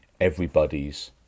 everybody's